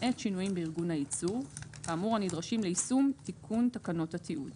למעט שינויים בארגון הייצור כאמור הנדרשים ליישום תיקון תקנות התיעוד.